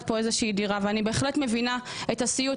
כאן איזושהי דירה ואני בהחלט מבינה את הסיוט.